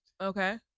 Okay